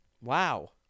Wow